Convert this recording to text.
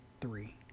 Three